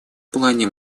плане